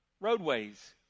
roadways